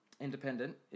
Independent